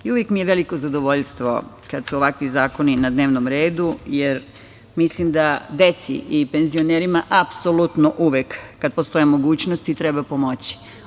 Uvek mi je veliko zadovoljstvo kada su ovakvi zakoni na dnevnom redu, jer mislim da deci i penzionerima apsolutno uvek kada postoje mogućnosti treba pomoći.